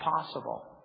possible